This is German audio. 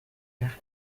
nach